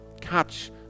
catch